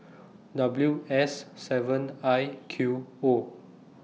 W S seven I Q O